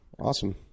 awesome